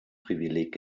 privileg